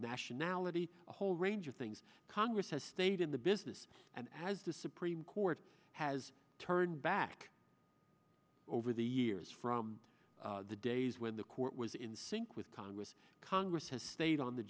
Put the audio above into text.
nationality a whole range of things congress has stayed in the business and as the supreme court has turned back over the years from the days when the court was in sync with congress congress has stayed on the